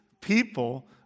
people